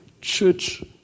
church